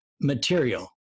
material